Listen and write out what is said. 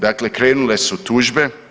Dakle krenule su tužbe.